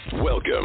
Welcome